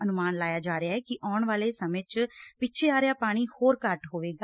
ਅਨੁਮਾਨ ਲਾਇਆ ਜਾ ਰਿਹੈ ਕਿ ਆਉਣ ਵਾਲੇ ਸਮੇਂ ਚ ਪਿੱਛੇ ਆ ਰਿਹਾ ਪਾਣੀ ਹੋਰ ਘਟ ਹੋ ਜਾਵੇਗਾ